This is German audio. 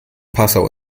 passau